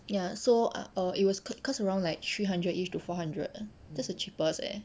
ya so ah err it was cl~ close to around like three hundred ish~ to four hundred that's the cheapest eh